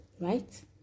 Right